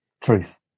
truth